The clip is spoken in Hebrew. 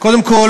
קודם כול,